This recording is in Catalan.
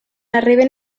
arriben